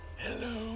Hello